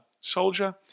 soldier